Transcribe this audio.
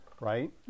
right